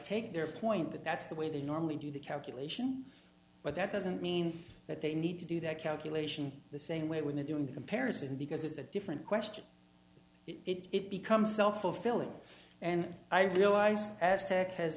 take their point that that's the way they normally do the calculation but that doesn't mean that they need to do that calculation the same way when they're doing the comparison because it's a different question it becomes self fulfilling and i realize as tech has